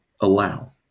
allow